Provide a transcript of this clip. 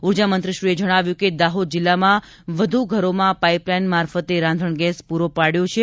ઉર્જામંત્રીશ્રીએ જણાવ્યું કે દાહોદ જિલ્લામાં વધુ ઘરોમાં પાઇપ લાઇન મારફતે રાંધણગેસ પૂરો પાડ્યો છે